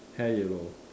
hair yellow